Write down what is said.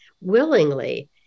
willingly